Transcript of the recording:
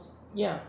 ya